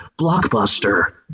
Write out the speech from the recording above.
Blockbuster